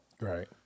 Right